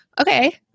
okay